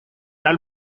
tal